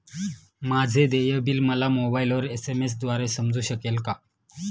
माझे देय बिल मला मोबाइलवर एस.एम.एस द्वारे समजू शकेल का?